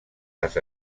les